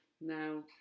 Now